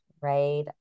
right